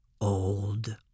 old